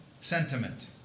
sentiment